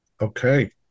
Okay